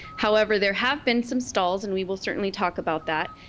however there have been some stalls and we will certainly talk about that.